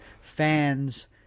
fans